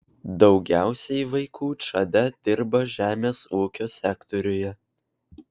daugiausiai vaikų čade dirba žemės ūkio sektoriuje